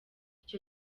icyo